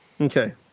Okay